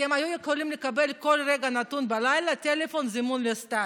כי הם היו יכולים לקבל בכל רגע נתון בלילה טלפון זימון לסטלין,